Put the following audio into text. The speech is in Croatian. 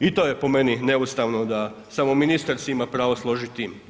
I to je po meni neustavno da samo ministar si ima pravo složiti tim.